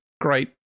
great